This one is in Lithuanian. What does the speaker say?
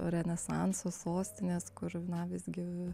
renesanso sostinės kr na visgi